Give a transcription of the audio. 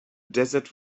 desert